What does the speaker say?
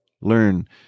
Learn